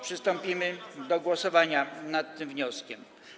Przystąpimy do głosowania nad tym wnioskiem.